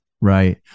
Right